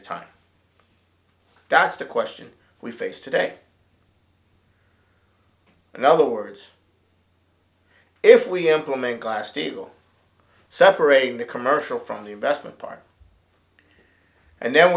of time that's the question we face today in other words if we implement glass steagall separating the commercial from the investment part and then